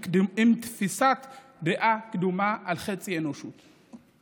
עם תפיסת דעה קדומה על חצי האנושות.